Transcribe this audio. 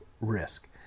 risk